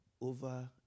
Over